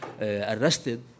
arrested